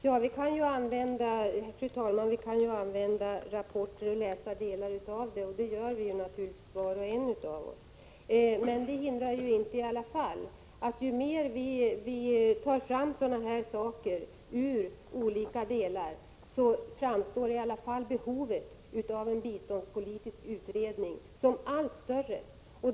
Fru talman! Vi kan använda rapporter och läsa delar av dem, det gör naturligtvis var och en av oss. Men det hindrar inte att ju fler sådana här saker vi tar fram ur olika delar, desto större framstår behovet av en biståndspolitisk utredning.